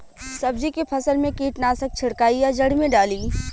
सब्जी के फसल मे कीटनाशक छिड़काई या जड़ मे डाली?